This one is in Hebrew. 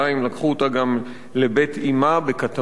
לקחו אותה גם לבית אמה בקטמונים.